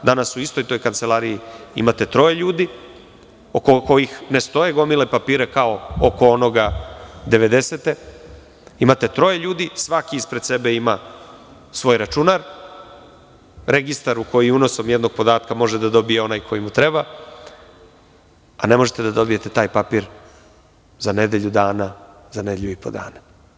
Danas u istoj toj kancelariji imate troje ljudi oko kojih ne stoji gomila papira kao oko onoga 90-te, imate troje ljudi svaki ispred sebe ima svoj računar, registar u koji unosom jednog podatka može da dobije onaj koji mu treba, a ne možete da dobijete taj papir za nedelju dana, za nedelju i po dana.